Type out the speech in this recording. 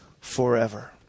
forever